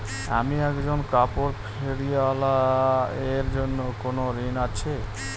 আমি একজন কাপড় ফেরীওয়ালা এর জন্য কোনো ঋণ আছে?